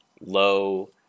low